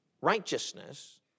righteousness